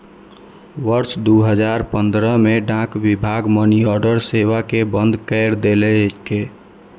वर्ष दू हजार पंद्रह मे डाक विभाग मनीऑर्डर सेवा कें बंद कैर देलकै